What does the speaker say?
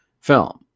film